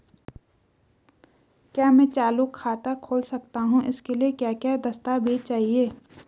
क्या मैं चालू खाता खोल सकता हूँ इसके लिए क्या क्या दस्तावेज़ चाहिए?